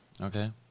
Okay